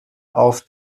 auf